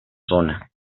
zona